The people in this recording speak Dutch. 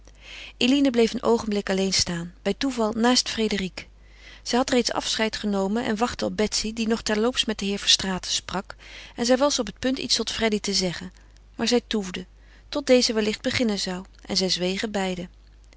eline bleef een oogenblik alleen staan bij toeval naast frédérique zij had reeds afscheid genomen en wachtte op betsy die nog terloops met den heer verstraeten sprak en zij was op het punt iets tot freddy te zeggen maar zij toefde tot deze wellicht beginnen zou en zij zwegen beiden